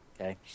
Okay